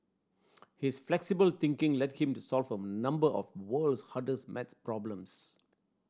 his flexible thinking led him to solve a number of world's hardest math problems